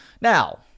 Now